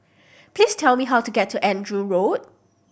please tell me how to get to Andrew Road